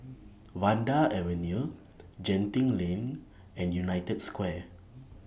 Vanda Avenue Genting LINK and United Square